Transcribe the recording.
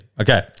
Okay